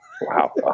Wow